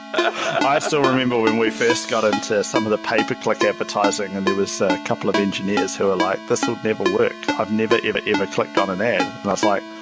i still remember when we first got into some of the pay per click advertising and there was a couple of engineers who were like, this would never work. i've never ever, ever clicked on an ad. and i was like,